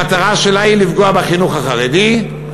המטרה שלה היא לפגוע בחינוך החרדי,